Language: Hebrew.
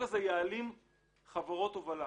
יעלים חברות הובלה.